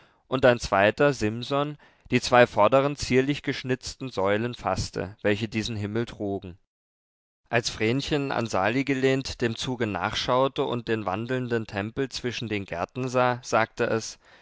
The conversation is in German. und ein zweiter simson die zwei vorderen zierlich geschnitzten säulen faßte welche diesen himmel trugen als vrenchen an sali gelehnt dem zuge nachschaute und den wandelnden tempel zwischen den gärten sah sagte es